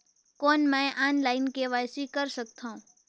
कौन मैं online KYC कर सकथव?